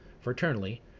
Fraternally